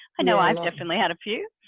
i know i've definitely had a few!